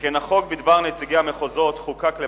שכן החוק בדבר נציגי המחוזות חוקק לפני